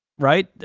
right?